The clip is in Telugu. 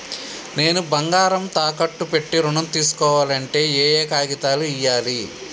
నేను బంగారం తాకట్టు పెట్టి ఋణం తీస్కోవాలంటే ఏయే కాగితాలు ఇయ్యాలి?